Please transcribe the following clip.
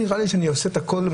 היה נראה לי שאני עושה את הכול,